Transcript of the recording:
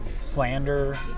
slander